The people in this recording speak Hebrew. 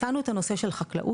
נתנו את הנושא של חקלאות,